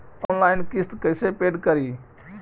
Online किस्त कैसे paid करि?